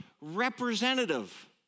representative